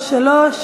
בשלישית.